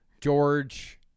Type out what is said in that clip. George